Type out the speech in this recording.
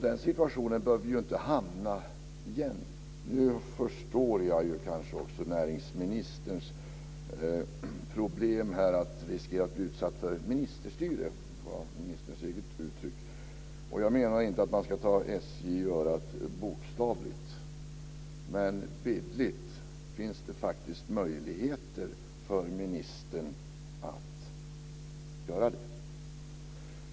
Den situationen bör vi inte hamna i igen. Jag förstår ju näringsministerns problem, nämligen att bli anklagad för ministerstyre. Det var ministerns eget uttryck. Jag menar inte att man ska ta SJ i örat bokstavligt, men bildligt finns det faktiskt möjligheter för ministern att göra det.